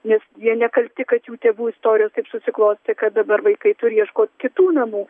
nes jie nekalti kad jų tėvų istorija taip susiklostė kad dabar vaikai turi ieškot kitų namų